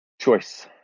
Choice